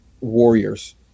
warriors